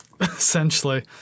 Essentially